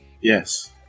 Yes